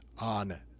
on